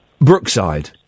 brookside